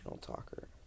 talker